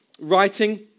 writing